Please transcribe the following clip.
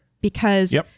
because-